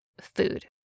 food